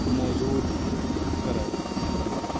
موجود کرائے